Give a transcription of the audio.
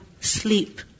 sleep